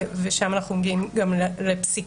ושם אנחנו מגיעים גם לפסיקה.